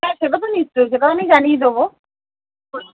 হ্যাঁ সেটা তো নিশ্চয়ই সে কারণেই জানিয়ে দেবো